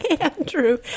Andrew